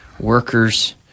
Workers